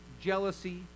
jealousy